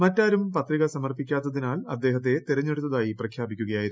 മറ്റാരും പത്രിക സമർപ്പിക്കാത്തതിനാൽ അദ്ദേഹത്തെ തെരഞ്ഞെടുത്തതായി പ്രഖ്യാപിക്കുകയായിരുന്നു